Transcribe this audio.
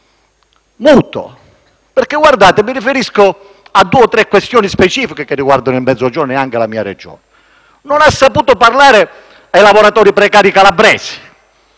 Mezzogiorno d'Italia. Mi riferisco a due o tre questioni specifiche che riguardano il Mezzogiorno e anche la mia Regione. Non ha saputo parlare ai lavoratori precari calabresi.